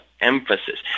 emphasis